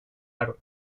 aro